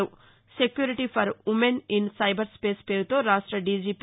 security for women in cyber space పేరుతో రాష్ట DGP